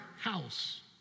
house